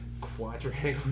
quadrangle